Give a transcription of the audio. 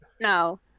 no